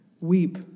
weep